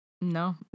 No